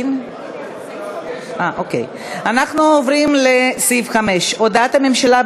אנחנו עוברים לסעיף 5: הודעת הממשלה,